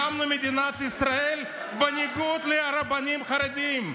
הקמנו את מדינת ישראל בניגוד לרבנים חרדים,